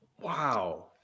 Wow